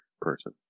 person